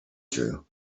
through